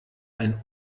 ein